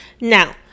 Now